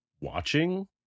watching